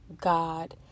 God